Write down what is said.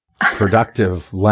productive